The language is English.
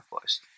first